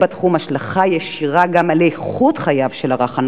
בתחום יש השלכה ישירה גם על איכות חייו של הרך הנולד.